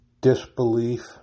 disbelief